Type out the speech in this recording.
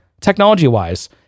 technology-wise